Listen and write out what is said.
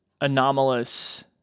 anomalous